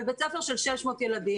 אבל בית ספר של 600 ילדים,